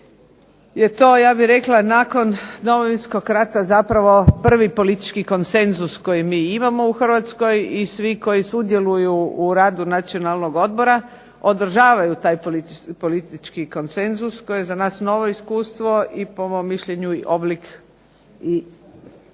je to ja bih rekla nakon Domovinskog rata zapravo prvi politički konsenzus koji mi imamo u Hrvatskoj i svi koji sudjeluju u radu Nacionalnog odbora održavaju taj politički konsenzus koji je za nas novo iskustvo i po mom mišljenju oblik i